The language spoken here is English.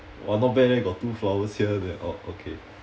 !wah! not bad eh got two flowers here there oh okay